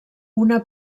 una